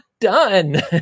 done